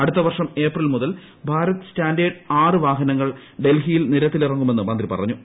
അടുത്ത വർഷം ഏപ്രിൽ മുതൽ ഭാരത് സ്റ്റാൻറ്റേർഡ് ആറ് വാഹനങ്ങൾ ഡൽഹിയിൽ നിരത്തിലിറങ്ങുമെന്ന് മന്ത്രി പറഞ്ഞു